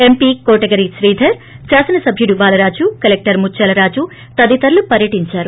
MP Kotagiri Sridhar శాసనసబ్యుడు Balaraju collector Mutyala Raju తదితరులు పర్యటించారు